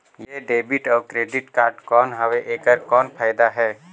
ये डेबिट अउ credit card कौन हवे एकर कौन फाइदा हे?